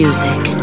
Music